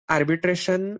Arbitration